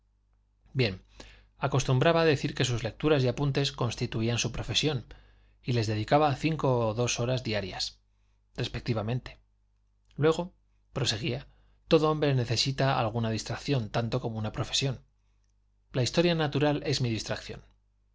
bien acostumbraba decir que sus lecturas y apuntes constituían su profesión y les dedicaba cinco y dos horas diarias respectivamente luego proseguía todo hombre necesita alguna distracción tanto como una profesión la historia natural es mi distracción